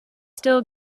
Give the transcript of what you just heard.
still